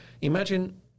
Imagine